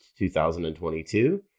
2022